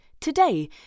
today